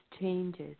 changes